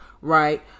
right